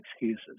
excuses